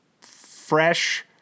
fresh